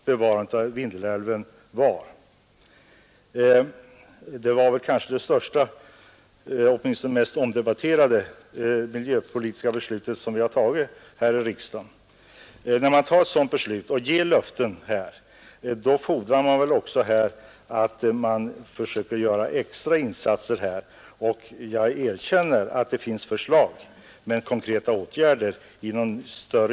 Bevarandet av Vindelälven är kanske det största eller åtminstone det mest omdebatterade miljöpolitiska beslut som vi har fattat här i riksdagen. När man fattar ett sådant beslut och ger löften fordras det väl också att man försöker göra extra insatser. Jag erkänner att det finns förslag men konkreta åtgärder saknas.